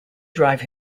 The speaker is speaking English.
drive